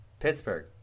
Pittsburgh